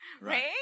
Right